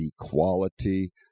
equality